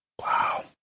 Wow